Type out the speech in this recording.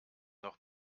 noch